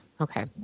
Okay